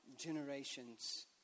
Generations